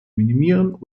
minimieren